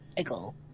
Eagle